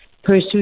pursue